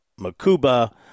Makuba